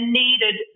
needed